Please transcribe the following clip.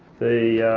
the